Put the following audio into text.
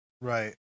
Right